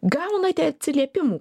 gaunate atsiliepimų